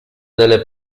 delle